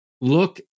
look